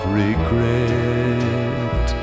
regret